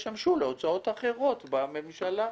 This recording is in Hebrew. ישמש להוצאות אחרות בממשלה.